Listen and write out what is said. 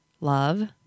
love